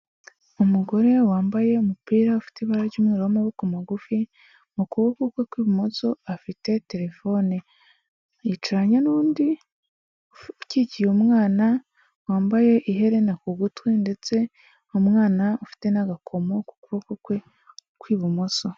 Umugore wambaye umupira ufite ibara ry'umweru w'amaboko magufi, mu kuboko kwe kw'ibumoso afite telefone. Yicaranye n'undi ukikiye umwana, wambaye iherena ku gutwi ndetse umwana ufite n'agakomo ku kuboko kwe kw'ibumoso.